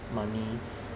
money